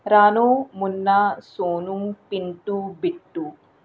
Rano Munna Soni Pintu Bittu